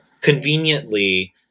conveniently